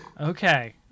Okay